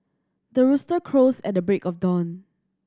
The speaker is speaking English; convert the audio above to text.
the rooster crows at the break of dawn